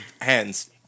hands